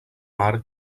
mar